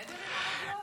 אתה בסדר עם הרוגלות?